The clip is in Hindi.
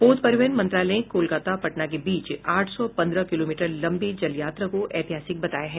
पोत परिवहन मंत्रालय ने कोलकाता पटना के बीच आठ सौ पन्द्रह किलोमीटर लंबी जलयात्रा को ऐतिहासिक बताया है